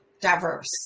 diverse